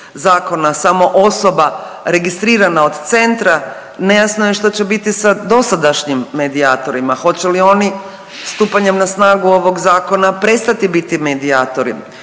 samo osoba registrirana od centra nejasno je što će biti sa dosadašnjim medijatorima, hoće li oni stupanjem na snagu ovog zakona prestati biti medijatori?